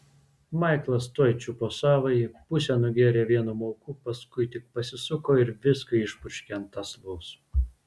maiklas tuoj čiupo savąjį pusę nugėrė vienu mauku paskui tik pasisuko ir viską išpurškė ant aslos